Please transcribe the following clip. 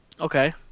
Okay